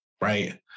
right